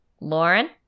Lauren